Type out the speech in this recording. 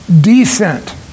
descent